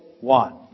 one